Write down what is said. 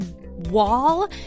wall